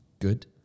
good